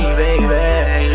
baby